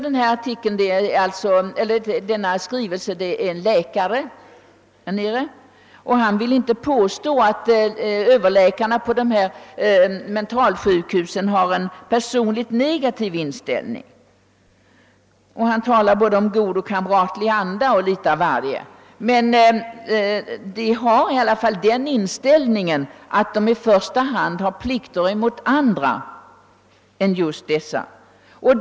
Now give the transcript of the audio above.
Det påstås inte att överläkarna på mentalsjukhusen har en negativ inställning — det talas i skrivelsen tvärtom om god och kamratlig anda o.s.v. — men de har den uppfattningen att de i första hand har plikter mot andra patienter än just dessa från kriminalvården.